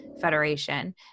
federation